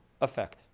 effect